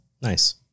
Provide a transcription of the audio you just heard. Nice